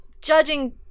judging